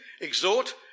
exhort